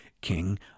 king